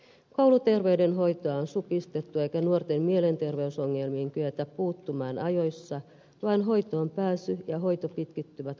kouluterveydenhoitoa on supistettu eikä nuorten mielenterveysongelmiin kyetä puuttumaan ajoissa vaan hoitoonpääsy ja hoito pitkittyvät kohtuuttomasti